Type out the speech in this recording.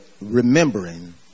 Remembering